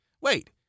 Wait